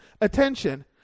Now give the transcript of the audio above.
Attention